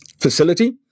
facility